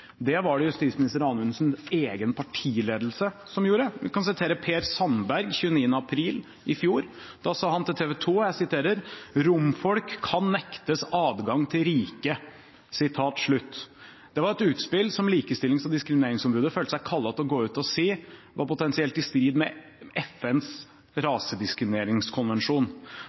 Det var det justisminister Anundsens egen partiledelse som gjorde. Jeg kan sitere Per Sandberg fra 29. april i fjor. Da sa han til TV 2: «Romfolk kan nektes adgang til Norge.» Det var et utspill som Likestillings- og diskrimineringsombudet følte seg kallet til å gå ut og si at potensielt var i strid med FNs rasediskrimineringskonvensjon.